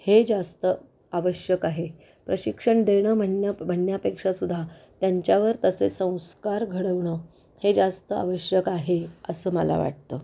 हे जास्त आवश्यक आहे प्रशिक्षण देणं म्हणण्या म्हणण्यापेक्षासुद्धा त्यांच्यावर तसे संस्कार घडवणं हे जास्त आवश्यक आहे असं मला वाटतं